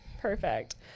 perfect